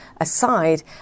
aside